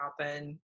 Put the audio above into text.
happen